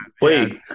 Wait